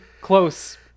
close